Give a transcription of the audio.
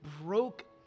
broke